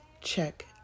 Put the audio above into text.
check